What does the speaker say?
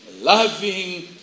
loving